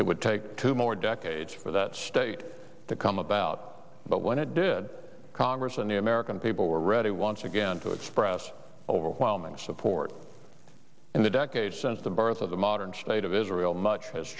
it would take two more decades for that state to come about but when it did congress and the american people were ready once you again to express overwhelming support in the decades since the birth of the modern state of israel much has